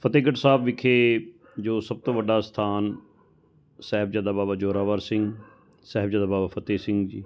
ਫਤਿਹਗੜ੍ਹ ਸਾਹਿਬ ਵਿਖੇ ਜੋ ਸਭ ਤੋਂ ਵੱਡਾ ਸਥਾਨ ਸਾਹਿਬਜ਼ਾਦਾ ਬਾਬਾ ਜ਼ੋਰਾਵਰ ਸਿੰਘ ਸਾਹਿਬਜ਼ਾਦਾ ਬਾਬਾ ਫਤਿਹ ਸਿੰਘ ਜੀ